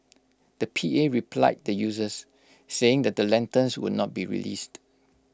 the P A replied the users saying that the lanterns would not be released